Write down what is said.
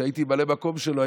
שהייתי ממלא מקום שלו,